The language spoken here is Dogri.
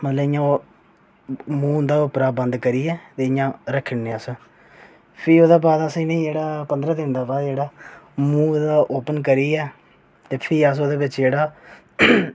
मतलब ओह् मूहं उंदा बंद करियै इं'या रक्खी ओड़ने अस फ्ही अस निं ओह्दा पंदरां दिन बाद ओह्दा मूहं ओह्दा ओपन करियै ते अस प्ही ओह्दे च जेह्ड़ा